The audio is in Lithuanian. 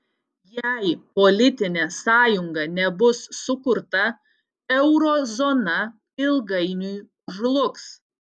jei politinė sąjunga nebus sukurta euro zona ilgainiui žlugs